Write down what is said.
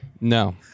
No